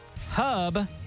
Hub